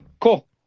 cool